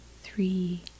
three